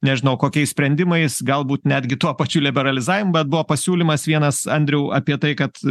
nežinau kokiais sprendimais galbūt netgi tuo pačiu liberalizavimu bet buvo pasiūlymas vienas andriau apie tai kad